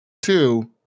Two